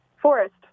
Forest